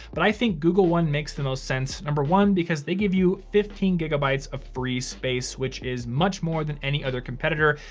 but i think google one makes the most sense, number one, because they give you fifteen gigabytes of free space, which is much more any other competitor.